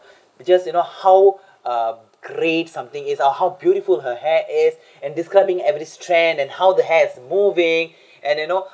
just you know how uh great something is or how beautiful her hair is and describing every strand and how the hair is moving and you know